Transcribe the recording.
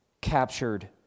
captured